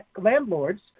landlords